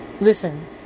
Listen